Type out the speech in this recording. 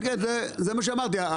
כן, זה מה שאמרתי.